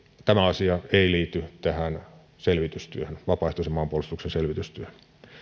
tämä asia ei liity tähän vapaaehtoisen maanpuolustuksen selvitystyöhön